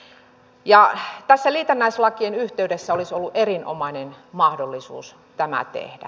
ja tässä liitännäislakien yhteydessä olisi ollut erinomainen mahdollisuus tämä tehdä